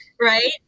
right